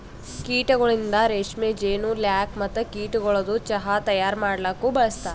ಕೀಟಗೊಳಿಂದ್ ರೇಷ್ಮೆ, ಜೇನು, ಲ್ಯಾಕ್ ಮತ್ತ ಕೀಟಗೊಳದು ಚಾಹ್ ತೈಯಾರ್ ಮಾಡಲೂಕ್ ಬಳಸ್ತಾರ್